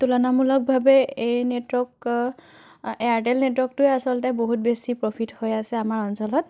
তুলনামূলকভাৱে এই network Airtel নেটৱৰ্কটোৱেই আচলতে বহুত বেছি প্ৰ'ফিট হৈ আছে আমাৰ অঞ্চলত